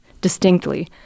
distinctly